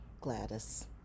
Gladys